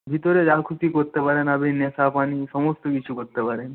ভিতরে যা খুশি করতে পারেন আপনি নেশা পানি সমস্ত কিছু করতে পারেন